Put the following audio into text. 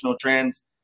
trends